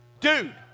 Dude